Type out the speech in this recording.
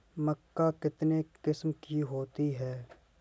मक्का कितने किस्म की होती है?